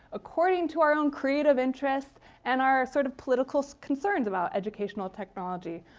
according to our own creative interests and our sort of political concerns about educational technology?